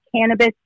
cannabis